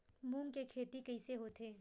मूंग के खेती कइसे होथे?